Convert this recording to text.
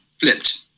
flipped